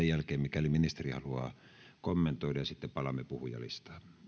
jälkeen ministeri mikäli hän haluaa kommentoida ja sitten palaamme puhujalistaan